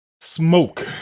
smoke